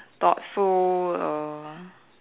thoughtful or